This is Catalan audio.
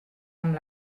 amb